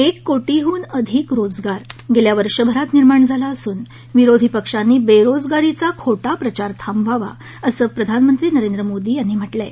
एक कोटीहून अधिक रोजगार गेल्या वर्षभरात निर्माण झाला असून विरोधी पक्षांनी बेरोजगारीचा खोटा प्रचार थांबवावा असं प्रधानमंत्री नरेंद्र मोदी यांनी म्हटलं आहे